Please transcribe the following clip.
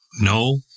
no